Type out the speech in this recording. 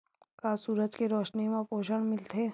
का सूरज के रोशनी म पोषण मिलथे?